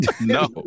no